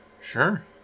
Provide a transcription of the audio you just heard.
Sure